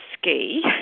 ski